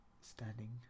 standing